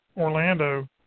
Orlando